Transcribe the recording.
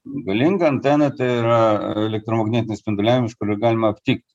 galinga antena tai yra elektromagnetinis spinduliavimas kurį galima aptikti